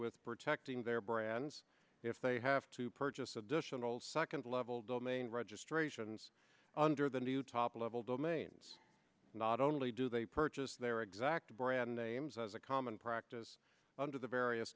with protecting their brands if they have to purchase additional second level domain registrations under the new top level domains not only do they purchase their exact brand names as a common practice under the various